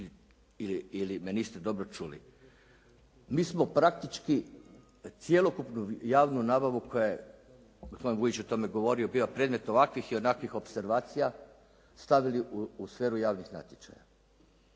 ili me niste dobro čuli. Mi smo praktički cjelokupnu javnu nabavu koja je, gospodin Vujić je o tome govorio, bila predmet ovakvih i onakvih opservacija stavili u sferu javnih natječaja.